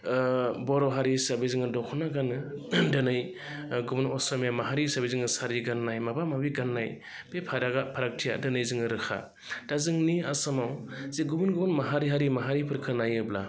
बर' हारि हिसाबै जोङो दखना गानो दिनै गुबुन असमिया माहारि हिसाबै जोङो सारि गाननाय माबा माबि गाननाय बे फारागथिया दिनै जोङो रोखा दा जोंनि आसामाव जे गुबुन गुबुन माहारि आरो हारिफोरखो नायोब्ला